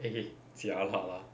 eh jialat lah